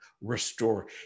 restore